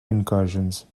incursions